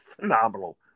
phenomenal